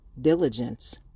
Diligence